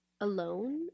alone